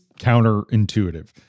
counterintuitive